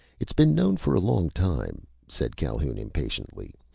it's been known for a long time, said calhoun impatiently,